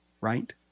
Right